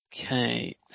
Okay